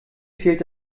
fehlt